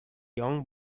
young